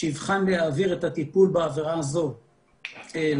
שיבחן להעביר את הטיפול בעבירה הזאת למשטרה.